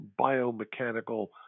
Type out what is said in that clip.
biomechanical